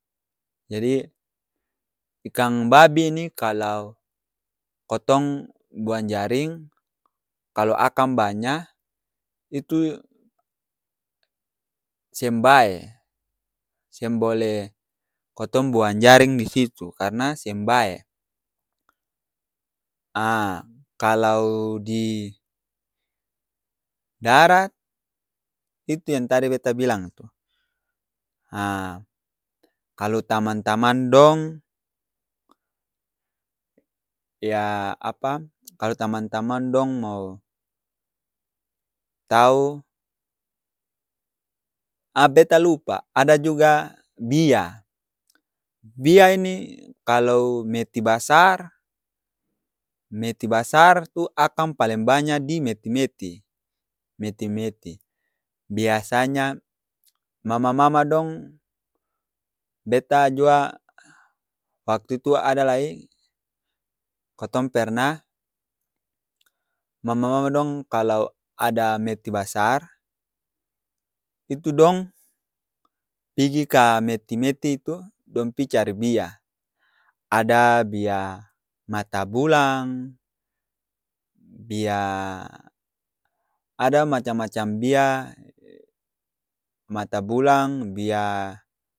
Jadi, ikang babi ni kalau kotong buang jaring, kalo akang banya, itu seng bae. Seng boleh kotong buang jaring di situ, karna seng bae. A kalau di darat, itu yang tadi beta bilang tu. Ha kalo tamang-tamang dong ya apa, kalo tamang-tamang dong mau tau. A beta lupa, ada juga bia. Bia ini kalau meti basar, meti basar tu akang paleng banya di meti-meti. Meti-meti. Biasanya mama-mama dong, beta jua waktu itu ada lai, kotong pernah, mama dong kalau ada meti basar, itu dong pigi ka meti-meti itu, dong pi cari bia. Ada bia mata bulang, bia ada macam-macam bia, mata bulang, bia